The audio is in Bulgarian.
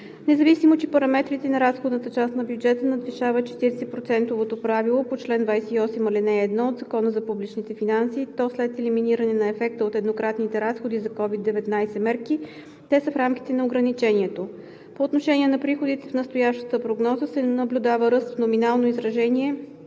Независимо че параметрите на разходната част на бюджета надвишават 40%-то правило по чл. 28, ал. 1 от Закона за публичните финанси, то след елиминиране на ефекта от еднократните разходи за COVID-19 мерки, те са в рамките на ограничението. По отношение на приходите в настоящата прогноза се наблюдава ръст в номинално изражение